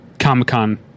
comic-con